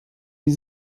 die